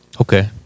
Okay